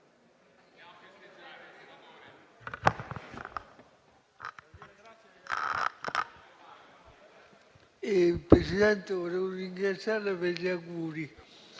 Grazie,